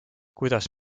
kuidas